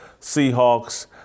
Seahawks